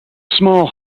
small